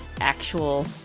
actual